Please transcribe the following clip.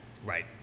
Right